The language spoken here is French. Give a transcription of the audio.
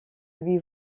lui